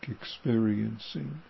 experiencing